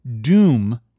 Doom